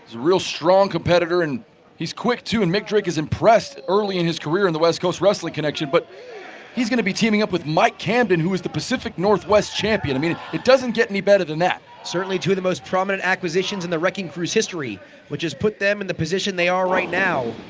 real strong competitor and he is quick to and mik drake has impressed early in his career in the west coast wrestling connection but he is going to be teaming up with mike camden who is the pacific northwest champion, i mean it it doesnt get any better than that. bc certainly two of the most prominent acquisitions in the wrecking crews history which has put them in the position they are right now,